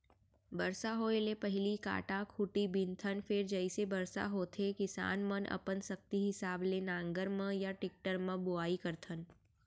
बरसा होए ले पहिली कांटा खूंटी बिनथन फेर जइसे बरसा होथे किसान मनअपन सक्ति हिसाब ले नांगर म या टेक्टर म बोआइ करथन